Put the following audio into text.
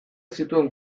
zituen